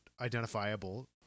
identifiable